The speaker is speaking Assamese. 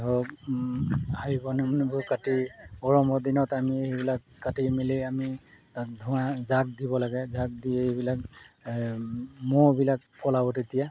ধৰক হাবি বননিবোৰ কাটি গৰমৰ দিনত আমি সেইবিলাক কাটি মেলি আমি তাক ধোঁৱা যাগ দিব লাগে যাগ দি এইবিলাক ম'হবিলাক পলাব তেতিয়া